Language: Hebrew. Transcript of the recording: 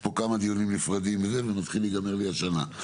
יש פה כמה דיונים נפרדים, ומתחילה להיגמר לי השנה.